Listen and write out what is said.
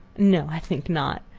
no, i think not.